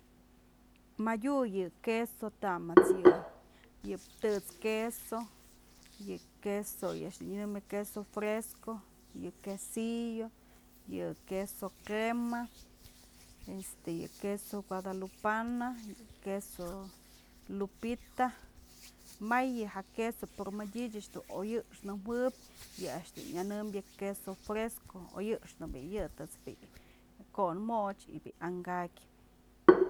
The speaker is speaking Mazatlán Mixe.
Madyu yë queso, tamës yë tët's queso, yë queso yë a'ax dun nyënëmbyë queso fresco, quesillo, yë queso crema, este yë queso gudalupana, queso lupita, may yë ja queso pero madyë ëch dun oy jëxnë juëbyë yë a'ax dun nyënëmbyë queso fresco, oyjëxnë bi'i yë tët's bi'i ko'on moch y bi'i an kakyë.